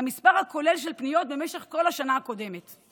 למספר הכולל של פניות במשך כל השנה הקודמת.